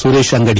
Suresh Angadi